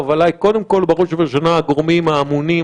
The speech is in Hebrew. ההובלה היא קודם כול בראש ובראשונה של הגורמים האמונים,